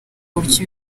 buryo